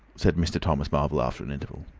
said mr. thomas marvel, after an interval.